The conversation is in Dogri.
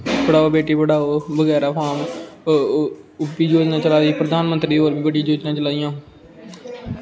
पढ़ाओ बेटी पढ़ाओ बगैरा फार्म ओह्बी जोजनां चलां दियां प्रधानमंत्री होर बी बड़ियां जोजनां चलाईयां